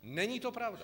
Není to pravda.